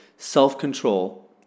self-control